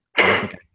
Okay